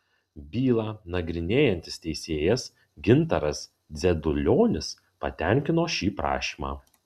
bylą nagrinėjantis teisėjas gintaras dzedulionis patenkino šį prašymą